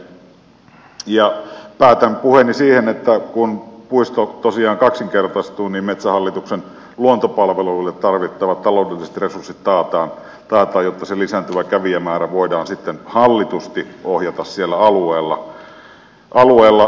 päätän puheeni siihen että kun puisto tosiaan kaksinkertaistuu niin metsähallituksen luontopalveluille tarvittavat taloudelliset resurssit taataan jotta se lisääntyvä kävijämäärä voidaan sitten hallitusti ohjata sillä alueella